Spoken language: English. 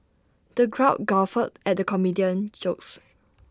the crowd guffawed at the comedian's jokes